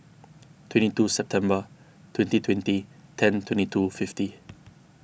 twenty two September twenty twenty ten twenty two fifty